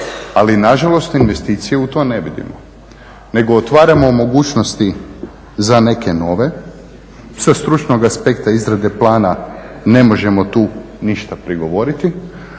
ali nažalost investicije u to ne vidim nego otvaramo mogućnosti za neke nove. Sa stručnog aspekta izrade plana ne možemo tu ništa prigovoriti,